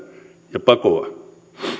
ja